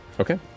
Okay